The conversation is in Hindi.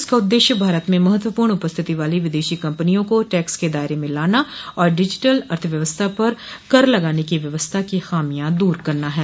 इसका उद्देश्य भारत में महत्वपूर्ण उपस्थिति वाली विदेशी कंपनियों को टैक्स के दायरे में लाना और डिजिटल अर्थव्यवस्था पर कर लगाने की व्यवस्था की खामियां दूर करना है